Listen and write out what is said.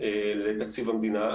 לתקציב המדינה,